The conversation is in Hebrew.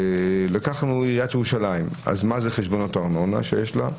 לקחנו עיריית ירושלים מה זה חשבונות ארנונה שיש לה,